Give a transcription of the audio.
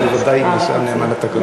אני ודאי נשאר נאמן לתקנון.